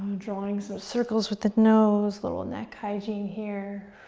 drawing some circles with the nose, a little neck hygiene here.